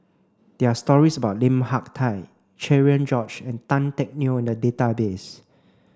there are stories about Lim Hak Tai Cherian George and Tan Teck Neo in the database